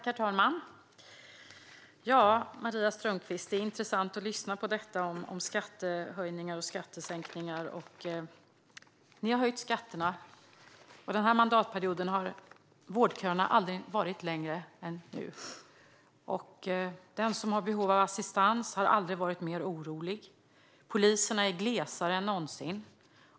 Herr talman! Ja, Maria Strömkvist, det är intressant att lyssna på detta om skattehöjningar och skattesänkningar. Ni har höjt skatterna, och vårdköerna har aldrig varit längre än under den här mandatperioden. Den som har behov av assistans har aldrig varit mer orolig. Det är glesare mellan poliserna än någonsin.